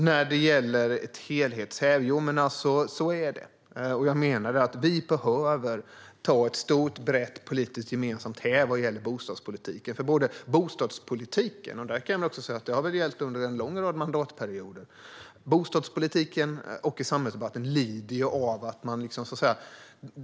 När det gäller ett helhetshäv menar jag att vi behöver ta ett stort, brett och gemensamt politiskt häv vad gäller bostadspolitiken. Både bostadspolitiken - detta har gällt under en lång rad mandatperioder - och samhällsdebatten lider.